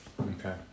Okay